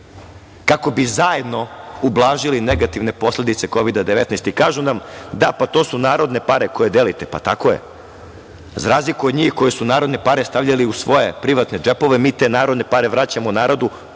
kako bi zajedno ublažili negativne posledice Kovida-19. I, kažu nam, da to su narodne pare koje delite. Pa, tako je, za razliku od njih koji su narodne pare stavljali u svoje, privatne džepove, mi te narodne pare vraćamo narodu,